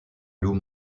lou